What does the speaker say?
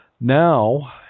Now